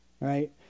right